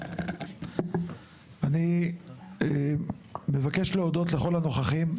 אני מבקש להודות לכל הנוכחים,